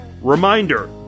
reminder